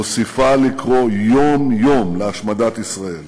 מוסיפה לקרוא יום-יום להשמדת ישראל.